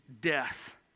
death